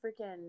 freaking